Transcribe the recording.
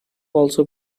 also